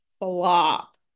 flop